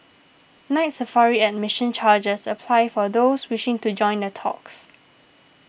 Night Safari admission charges apply for those wishing to join the talks